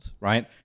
right